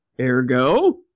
Ergo